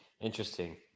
interesting